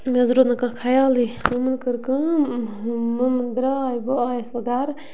مےٚ حظ روٗد نہٕ کانٛہہ خَیالٕے مُمَن کٔر کٲم مُمہٕ درٛاے بہٕ آیَس وۄنۍ گَرٕ